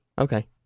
Okay